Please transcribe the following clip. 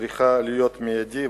צריכה להיות מיידית,